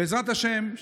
בעזרת השם,